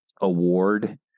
award